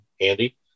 handy